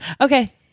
Okay